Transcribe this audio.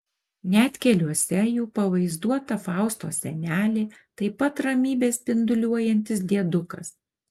net keliuose jų pavaizduota faustos senelė taip pat ramybe spinduliuojantis diedukas